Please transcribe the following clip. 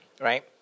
right